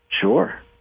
Sure